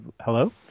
Hello